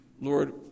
Lord